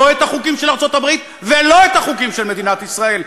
לא את החוקים של ארצות-הברית ולא את החוקים של מדינת ישראל,